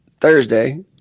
Thursday